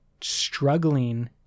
struggling